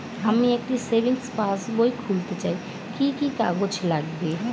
আমি একটি সেভিংস পাসবই খুলতে চাই কি কি কাগজ লাগবে?